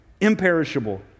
imperishable